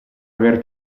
aver